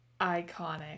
Iconic